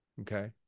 Okay